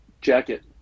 Jacket